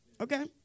Okay